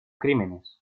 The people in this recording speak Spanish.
crímenes